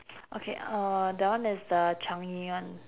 okay uh that one is the changi one